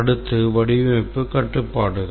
அடுத்து வடிவமைப்பு கட்டுப்பாடுகள்